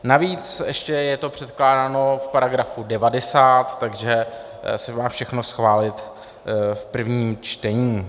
Navíc ještě je to předkládáno v § 90, takže se má všechno schválit v prvním čtení.